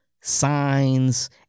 signs